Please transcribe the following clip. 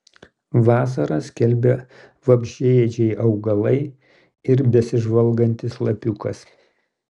vasarą skelbia vabzdžiaėdžiai augalai ir besižvalgantis lapiukas